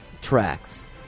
tracks